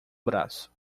braço